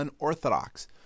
unorthodox